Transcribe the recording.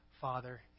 Father